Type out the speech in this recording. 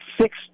six